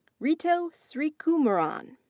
ritu sreekumaran.